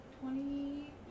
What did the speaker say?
Twenty-